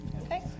Okay